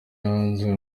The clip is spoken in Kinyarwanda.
yanze